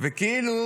וכאילו